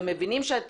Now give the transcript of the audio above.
ו-30% פחם.